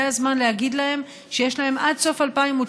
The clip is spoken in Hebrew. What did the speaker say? זה הזמן להגיד להם שיש להם עד סוף 2019